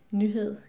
nyhed